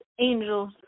angels